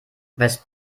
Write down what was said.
weißt